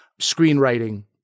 screenwriting